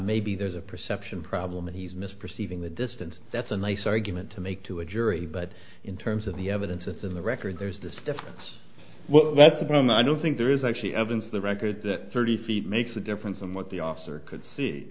maybe there's a perception problem that he's missed perceiving the distance that's a nice argument to make to a jury but in terms of the evidence it's in the record there's the stuff that's the problem and i don't think there is actually evidence the record that thirty feet makes a difference on what the officer could see